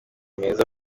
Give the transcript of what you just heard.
meza